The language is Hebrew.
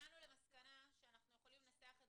הגענו למסקנה שאנחנו יכולים לנסח את